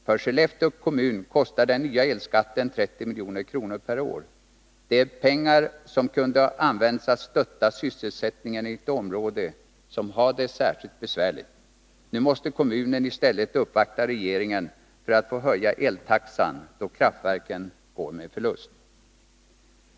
För Skellefteå kommun kostar den nya elskatten 30 milj.kr. per år. Det är pengar som kunde ha använts till att stötta sysselsättningen i ett område som har det särskilt besvärligt. Nu måste kommunen i stället uppvakta regeringen för att få höja eltaxan då kraftverken går med förlust.